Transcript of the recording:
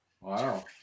Wow